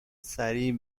سریع